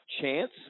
chance